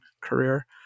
career